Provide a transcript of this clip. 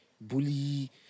Bully